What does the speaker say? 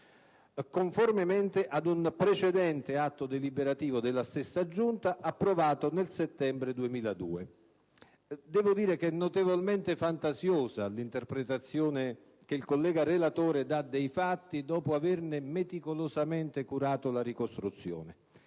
conformemente ad un precedente atto deliberativo della stessa Giunta approvato nel settembre 2002. Devo dire che è notevolmente fantasiosa l'interpretazione che il collega relatore dà dei fatti, dopo averne meticolosamente curato la ricostruzione.